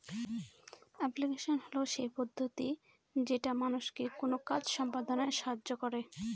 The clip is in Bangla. এপ্লিকেশন হল সেই পদ্ধতি যেটা মানুষকে কোনো কাজ সম্পদনায় সাহায্য করে